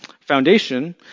foundation